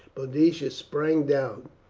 boadicea sprang down,